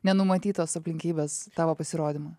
nenumatytos aplinkybės tavo pasirodymą